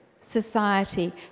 society